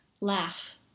laugh